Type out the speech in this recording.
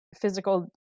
physical